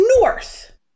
north